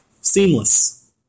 seamless